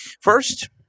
First